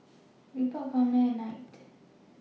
Reebok Farmland and Knight